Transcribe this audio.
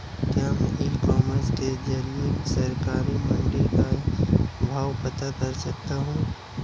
क्या मैं e commerce के ज़रिए सरकारी मंडी के भाव पता कर सकता हूँ?